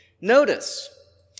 notice